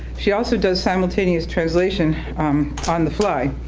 she also does simultaneous translation on-the-fly.